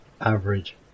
average